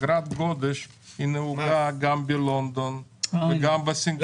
אגרת גודש נהוגה גם בלונדון וגם בסינגפור